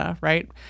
right